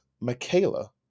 Michaela